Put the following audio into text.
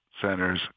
centers